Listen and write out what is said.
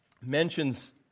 mentions